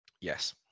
yes